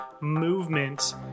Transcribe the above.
movement